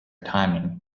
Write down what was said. timing